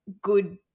good